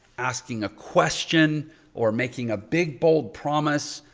asking a question or making a big, bold promise,